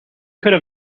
could